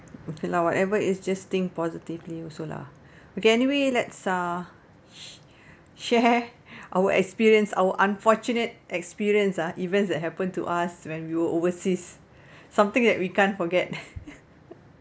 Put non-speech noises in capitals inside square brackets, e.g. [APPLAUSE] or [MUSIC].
okay lah whatever is just think positively also lah okay anyway let's uh [BREATH] share our experience our unfortunate experience ah events that happened to us when we were overseas [BREATH] something that we can't forget [LAUGHS]